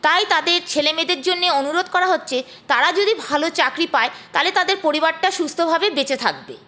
তাই তাদের ছেলেমেয়েদের জন্যে অনুরোধ করা হচ্ছে তারা যদি ভালো চাকরি পায় তালে তাদের পরিবারটা সুস্থভাবে বেঁচে থাকবে